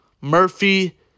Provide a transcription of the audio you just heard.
Murphy